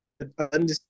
understand